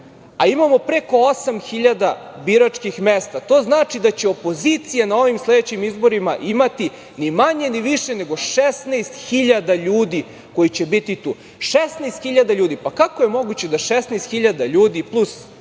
a imamo preko 8.000 biračkih mesta, to znači da će opozicija na ovim sledećim izborima imati ni manje ni više nego 16.000 ljudi koji će biti tu. Kako je moguće da 16.000 ljudi, plus